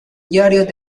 diarios